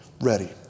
ready